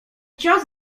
cios